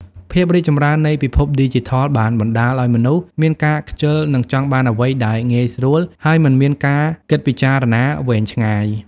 ភាពររីកចម្រើននៃពិភពឌីជីថល បានបណ្ដាលឲ្យមនុស្សមានការខ្ជិល និងចង់បានអ្វីដែលងាយស្រួល ហើយមិនមានការគិតពិចារណាវែងឆ្ងាយ។